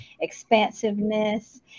expansiveness